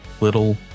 little